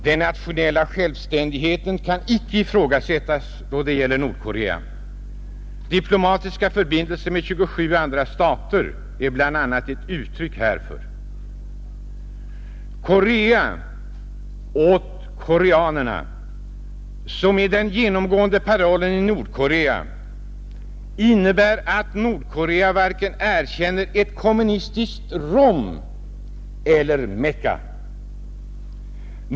Den nationella självständigheten kan inte ifrågasättas då det gäller Nordkorea, Bl, a. diplomatiska förbindelser med 27 andra stater är ett uttryck härför. ”Korea åt koreanerna”, som är den genomgående parollen i Nordkorea, innebär att Nordkorea varken erkänner ett kommunistiskt Rom eller Mecka.